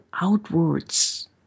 outwards